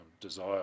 desire